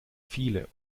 viele